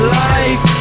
life